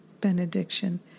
benediction